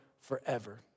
forever